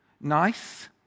Nice